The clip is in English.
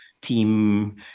team